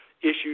Issues